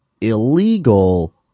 illegal